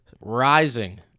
rising